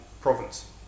province